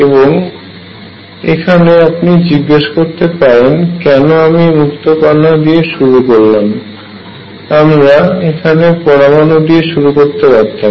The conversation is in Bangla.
এবং এখানে আপনি জিজ্ঞাসা করতে পারেন কেন আমি মুক্ত কণা দিয়ে শুরু করলাম আমরা এখানে পরমাণু দিয়ে শুরু করতে পারতাম